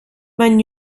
mein